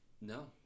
No